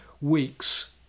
weeks